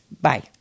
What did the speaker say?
Bye